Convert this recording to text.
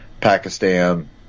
Pakistan